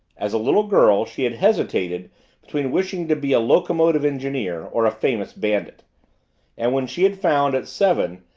as a little girl she had hesitated between wishing to be a locomotive engineer or a famous bandit and when she had found, at seven,